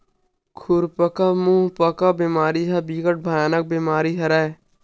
खुरपका मुंहपका बेमारी ह बिकट भयानक बेमारी हरय